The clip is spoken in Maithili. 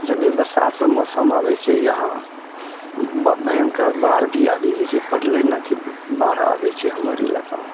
जब भी बरसातरऽ मौसम आबै छै यहाँ भयङ्कर बाढ़ि भी आबि जाइ छै प्रलय नाहित बाढ़ि आबै छै हमर इलाकामे